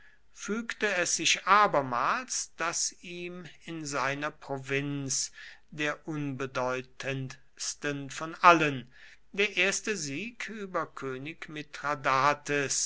fügte es sich abermals daß ihm in seiner provinz der unbedeutendsten von allen der erste sieg über könig